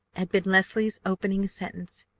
had been leslie's opening sentence,